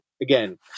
again